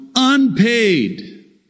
unpaid